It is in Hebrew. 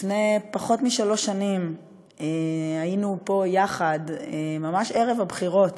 לפני פחות משלוש שנים היינו יחד, ממש ערב הבחירות,